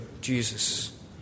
Jesus